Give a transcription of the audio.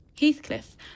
Heathcliff